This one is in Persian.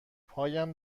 پایم